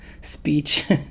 speech